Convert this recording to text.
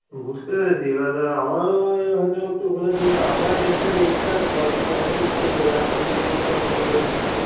বুঝতে পেরেছি এবার আমারও হয়তো একটু ভুল হয়েছে কিন্তু আমার এখানে এই ছাড়া তো পথ ছিলো না আমি একটু রাস্তা দিয়ে গিয়েছিলাম মেইন রোড দিকে